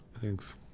Thanks